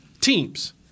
teams